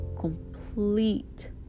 complete